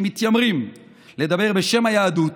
שמתיימרים לדבר בשם היהדות